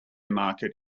market